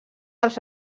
als